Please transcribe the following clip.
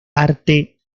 arte